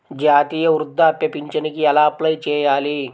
జాతీయ వృద్ధాప్య పింఛనుకి ఎలా అప్లై చేయాలి?